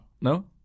No